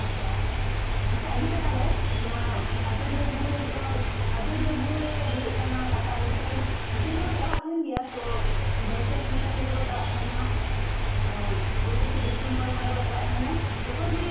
ᱟᱪᱪᱷᱟ ᱟᱪᱪᱷᱟ ᱦᱤᱡᱩᱜ ᱯᱮ ᱛᱟᱦᱞᱮ ᱱᱚᱣᱟ ᱟᱡᱚᱫᱤᱭᱟᱹ ᱵᱩᱨᱩ ᱨᱮ ᱡᱮᱢᱚᱱ ᱟᱡᱚᱫᱤᱭᱟᱹ ᱵᱩᱨᱩ ᱨᱮ ᱦᱩᱭᱩᱜ ᱛᱟᱦᱮᱱᱟ ᱯᱟᱛᱟ ᱱᱚᱝᱠᱟᱱ ᱵᱤᱥᱤᱨᱵᱷᱟᱜᱽ ᱠᱚ ᱪᱟᱞᱟᱜ ᱛᱟᱦᱮᱱᱟ ᱛᱚ ᱵᱟᱹᱭᱥᱟᱹᱠᱷ ᱠᱩᱱᱟᱹᱢᱤ ᱨᱮᱠᱚ ᱪᱟᱞᱟᱜ ᱛᱟᱦᱮᱱᱟ ᱯᱚᱸᱪᱤᱥᱮ ᱰᱤᱥᱮᱢᱵᱚᱨ ᱠᱚᱨᱮ ᱠᱚ ᱪᱟᱞᱟᱜ ᱛᱟᱦᱮᱱᱟ ᱡᱚᱛᱚ ᱨᱮᱜᱮ